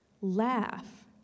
laugh